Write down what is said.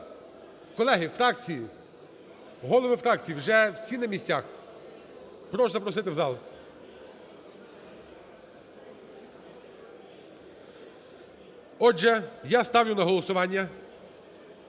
Колеги, фракції? Голови фракцій вже всі на місцях? Прошу запросити в зал. Отже, я ставлю на голосування